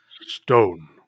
Stone